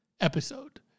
episode